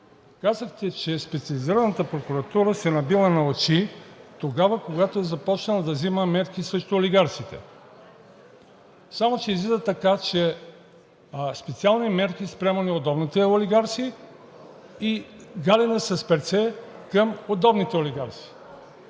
казахте, че Специализираната прокуратура се набива на очи тогава, когато е започнала да взима мерки срещу олигарсите, само че излиза така: специални мерки спрямо неудобните олигарси и галене с перце към удобните олигарси.